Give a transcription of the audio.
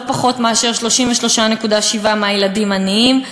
ולא פחות מ-33.7% מהילדים הם עניים,